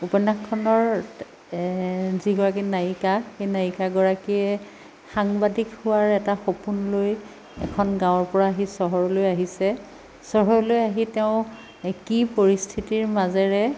উপন্য়াসখনত যিগৰাকী নায়িকা সেই নায়িকাগৰাকীয়ে সাংবাদিক হোৱাৰ এটা সপোন লৈ এখন গাঁৱৰ পৰা আহি চহৰলৈ আহিছে চহৰলৈ আহি তেওঁ কি পৰিস্থিতিৰ মাজেৰে